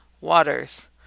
waters